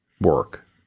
work